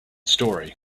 story